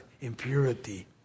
impurity